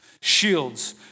shields